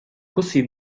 così